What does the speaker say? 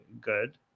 good